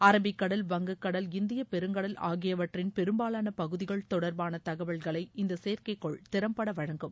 அரபிக்கடல் வங்கக்கடல் இந்தியப்பெருங்கடல் ஆகியவற்றின் பெரும்பாலான பகுதிகள் தொடர்பான தகவல்களை இந்த செயற்கைகோள் திறம்பட வழங்கும்